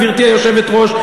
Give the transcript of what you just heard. גברתי היושבת-ראש,